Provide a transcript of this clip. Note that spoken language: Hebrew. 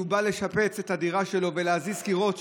כשהוא בא לשפץ את הדירה שלו ולהזיז קירות,